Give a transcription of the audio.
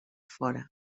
fora